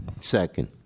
Second